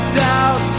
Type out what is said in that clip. doubt